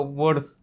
words